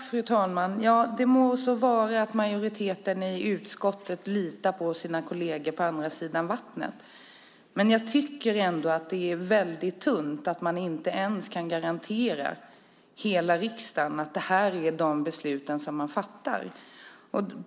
Fru talman! Det må så vara att majoriteten i utskottet litar på sina kolleger på andra sidan vattnet, men jag tycker ändå att det är svagt att man inte kan garantera hela riksdagen att det här är de beslut som man fattar.